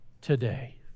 today